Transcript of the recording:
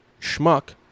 schmuck